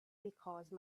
because